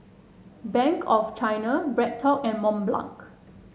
Bank of China BreadTalk and Mont Blanc